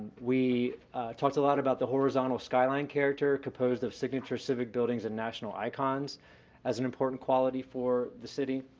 we talked a lot about the horizontal skyline character composed of signature civic buildings and national icons as an important quality for the city.